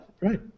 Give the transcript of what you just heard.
Right